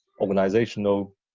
organizational